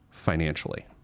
financially